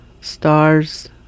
Stars